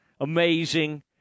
Amazing